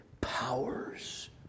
powers